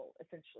essentially